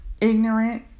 ignorant